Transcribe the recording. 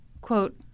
quote